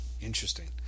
Interesting